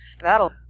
That'll